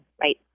right